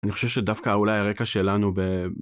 אני חושב שדווקא אולי הרקע שלנו ב...